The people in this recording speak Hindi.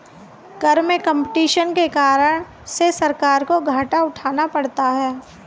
कर में कम्पटीशन के कारण से सरकार को घाटा उठाना पड़ता है